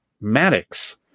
Maddox